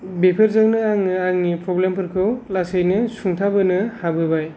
बेफोरजोंनो आङो आंनि प्रब्लेम फोरखौ लासैनो सुंथाबोनो हाबोबाय